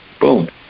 boom